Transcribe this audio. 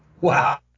wow